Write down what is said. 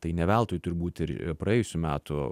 tai ne veltui turbūt ir praėjusių metų